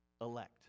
elect